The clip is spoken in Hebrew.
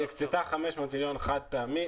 היא הקצתה 500 מיליון חד פעמי.